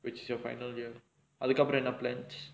which is your final year அதுக்கு அப்பறம் என்ன:athukku appuram enna plan